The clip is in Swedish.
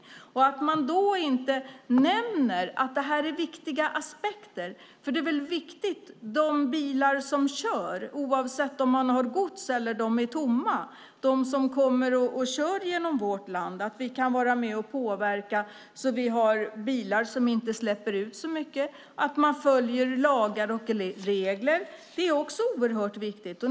Man nämner inte att detta är viktiga aspekter. Dessa aspekter är viktiga för att vi ska kunna vara med och påverka de bilar som kommer och kör genom vårt land, oavsett om de har gods eller är tomma, så att vi har bilar som inte släpper ut så mycket och att lagar och regler följs. Det är också oerhört viktigt.